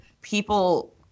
people